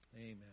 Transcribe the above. Amen